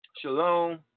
Shalom